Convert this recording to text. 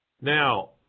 Now